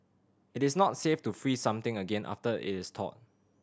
it is not safe to freeze something again after it is thawed